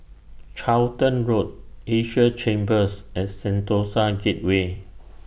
Charlton Road Asia Chambers and Sentosa Gateway